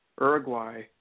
Uruguay